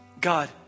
God